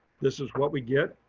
this is what we get.